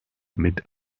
mit